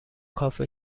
کافه